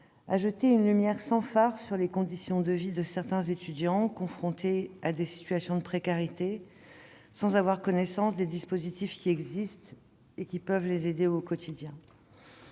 a jeté une lumière sans fard sur les conditions de vie de certains étudiants confrontés à des situations de précarité sans avoir connaissance des dispositifs qui peuvent les aider au quotidien.